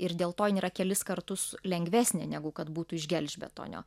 ir dėl to jin yra kelis kartus lengvesnė negu kad būtų iš gelžbetonio